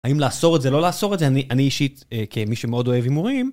האם לאסור את זה? לא לאסור את זה, אני אישית, כמי שמאוד אוהב הימורים.